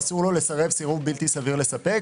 אסור לו לסרב סירוב בלתי סביר לספק.